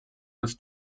als